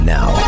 Now